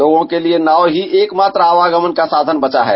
लोगों के लिये नाव ही एकमात्र आवागमन का साधन बचा है